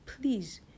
please